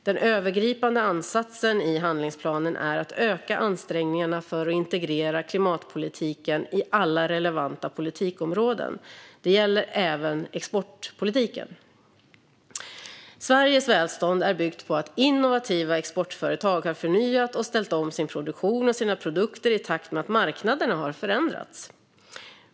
Den övergripande ansatsen i handlingsplanen är att öka ansträngningarna för att integrera klimatpolitiken i alla relevanta politikområden. Det gäller även exportpolitiken. Sveriges välstånd är byggt på att innovativa exportföretag har förnyat och ställt om sin produktion och sina produkter i takt med att marknaderna har förändrats.